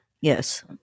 Yes